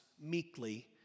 meekly